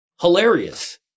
hilarious